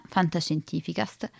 Fantascientificast